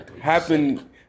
happen